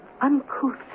uncouth